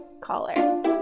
caller